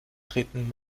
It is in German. treten